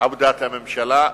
עבודת הממשלה.